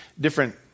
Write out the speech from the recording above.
different